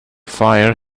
fire